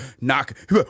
knock